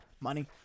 money